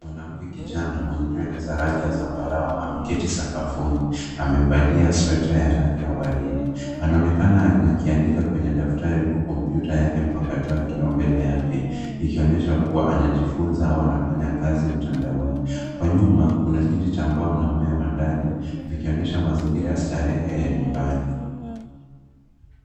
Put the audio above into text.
Mwanamke kijana mwenye nywele za rangi ya zambarau ameketi sakafuni. Amevalia sweta ya rangi ya waridi. Anaonekana akiandika kwenye daftari huku kompyuta yake ya mpakato ikiwa mbele yake ikionyesha kuwa anajifunza au anafanya kazi mtandaoni. Kwa nyuma, kuna kiti cha mbao na mmea wa ndani vikionyesha mazingira ya starehe ya nyumbani.